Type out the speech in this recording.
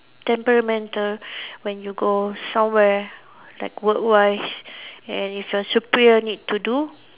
temperamental when you go somewhere like work wise and if your superior need to do